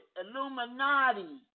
Illuminati